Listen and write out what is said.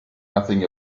nothing